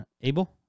Abel